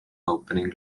opening